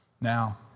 Now